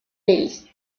days